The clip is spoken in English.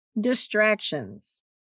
distractions